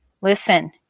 Listen